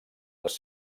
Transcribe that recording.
les